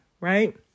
right